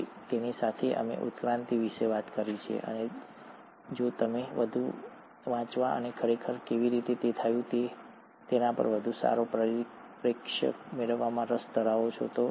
તો તેની સાથે અમે ઉત્ક્રાંતિ વિશે વાત કરી છે અને જો તમે વધુ વાંચવા અને તે ખરેખર કેવી રીતે થયું તેના પર વધુ સારો પરિપ્રેક્ષ્ય મેળવવામાં રસ ધરાવો છો